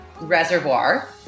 reservoir